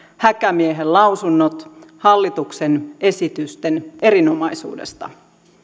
häkämiehen lausunnot hallituksen esitysten erinomaisuudesta